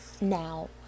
Now